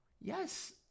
Yes